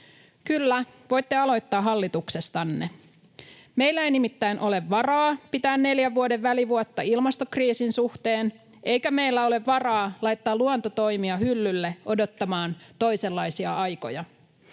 Kyllä, voitte aloittaa hallituksestanne. Meillä ei nimittäin ole varaa pitää neljän vuoden välivuotta ilmastokriisin suhteen, eikä meillä ole varaa laittaa luontotoimia hyllylle odottamaan toisenlaisia aikoja.